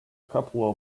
couple